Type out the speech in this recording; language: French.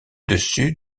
dessus